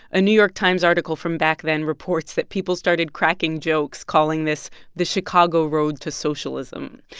a new york times article from back then reports that people started cracking jokes, calling this the chicago road to socialism.